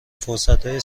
فرصتها